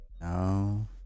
No